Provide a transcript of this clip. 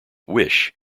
wish